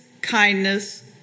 kindness